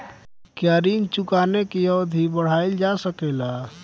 क्या ऋण चुकाने की अवधि बढ़ाईल जा सकेला?